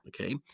okay